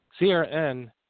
CRN